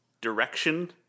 direction